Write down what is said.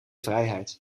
vrijheid